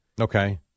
Okay